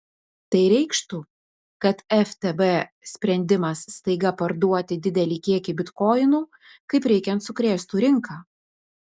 tai reikštų kad ftb sprendimas staiga parduoti didelį kiekį bitkoinų kaip reikiant sukrėstų rinką